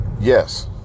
Yes